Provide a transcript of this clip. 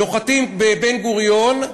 נוחתים בבן-גוריון,